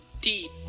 deep